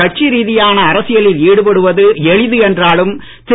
கட்சி ரீதியான அரசியலில் ஈடுபடுவது எளிது என்றாலும் திரு